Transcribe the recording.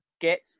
get